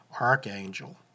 Archangel